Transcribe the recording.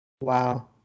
Wow